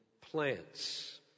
plants